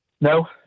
No